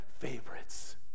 favorites